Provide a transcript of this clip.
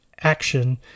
action